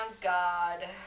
God